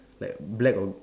like black or